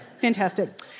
fantastic